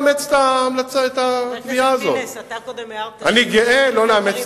אתה קודם הערת, אני גאה לא לאמץ את המלה הזאת.